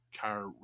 car